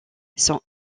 sans